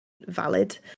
valid